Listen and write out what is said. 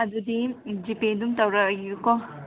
ꯑꯗꯨꯗꯤ ꯖꯤꯄꯦ ꯑꯗꯨꯝ ꯇꯧꯔꯛꯑꯒꯦꯀꯣ